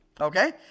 Okay